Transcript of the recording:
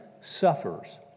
suffers